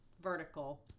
vertical